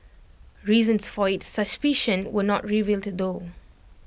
reasons for its suspicion were not revealed though